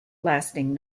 lasting